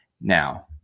Now